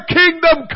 kingdom